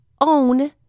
own